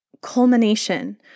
culmination